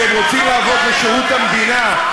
כשהם רוצים לעבוד בשירות המדינה,